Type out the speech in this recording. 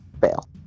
fail